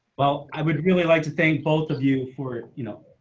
well, i would really like to thank both of you for, you know,